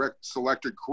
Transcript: selected